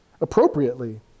appropriately